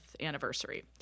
anniversary